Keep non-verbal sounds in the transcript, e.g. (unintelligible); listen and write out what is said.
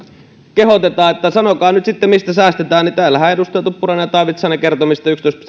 kehotetaan että sanokaa nyt sitten mistä säästetään täällähän edustajat tuppurainen ja taavitsainen kertoivat mistä yksitoista (unintelligible)